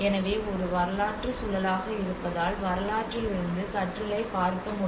எனவே ஒரு வரலாற்று சூழலாக இருப்பதால் வரலாற்றிலிருந்து கற்றலைப் பார்க்க வேண்டும்